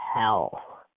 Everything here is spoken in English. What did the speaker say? hell